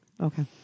Okay